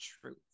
truth